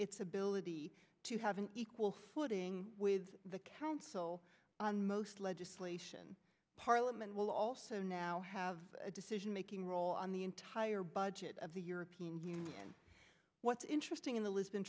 its ability to have an equal footing with the council on most legislation parliament will also now have a decision making role on the entire budget of the european union what's interesting in the li